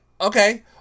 okay